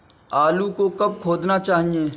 आलू को कब खोदना चाहिए?